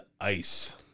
ice